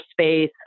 space